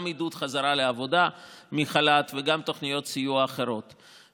גם עידוד חזרה לעבודה מחל"ת וגם תוכניות סיוע אחרות.